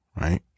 Right